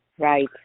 Right